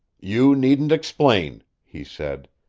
you needn't explain, he said.